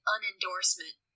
Unendorsement